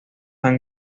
ham